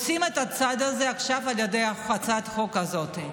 ועושים את הצעד הזה עכשיו על ידי הצעת החוק הזאת.